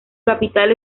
capital